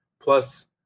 plus